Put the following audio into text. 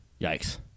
Yikes